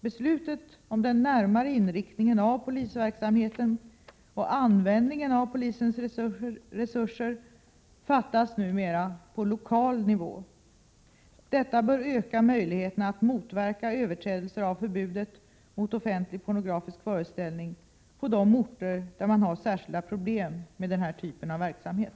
Beslut om den närmare inriktningen av polisverksamheten och användningen av polisens resurser fattas numera på lokal nivå. Detta bör öka möjligheterna att motverka överträdelser av förbudet mot offentlig pornografisk föreställning på de orter där man har särskilda problem med den här typen av verksamhet.